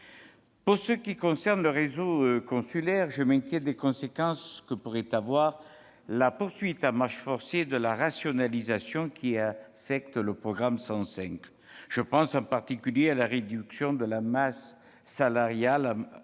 Pour ce qui concerne le réseau consulaire, je m'inquiète des conséquences que pourrait avoir la poursuite à marche forcée de la rationalisation qui affecte le programme 105. Je pense, en particulier, à la réduction de la masse salariale